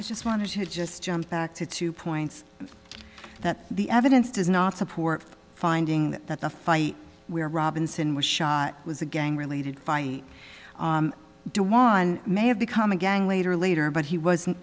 i just wanted to just jump back to two points that the evidence does not support finding that the fight we're robinson was shot was a gang related fight to one may have become a gang leader later but he wasn't